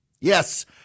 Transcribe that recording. Yes